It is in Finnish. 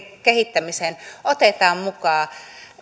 kehittämiseen otetaan mukaan